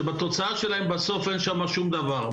שבתוצאה שלהם בסוף אין שם שום דבר.